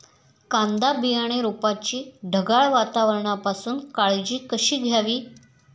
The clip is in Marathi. कांदा बियाणे रोपाची ढगाळ वातावरणापासून काळजी कशी घ्यावी?